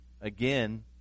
Again